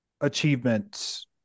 achievements